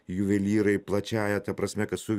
juvelyrai plačiąja ta prasme kad su